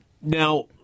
now